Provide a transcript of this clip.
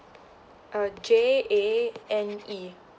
uh J A N E